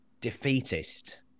defeatist